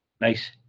nice